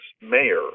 mayor